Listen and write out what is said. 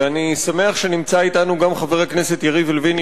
ואני שמח שנמצא אתנו גם יריב לוין,